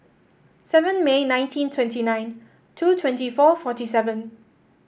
seven May nineteen twenty nine two twenty four forty seven